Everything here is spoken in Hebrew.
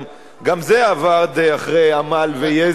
גם זה עבד אחרי עמל ויזע וערר.